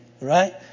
right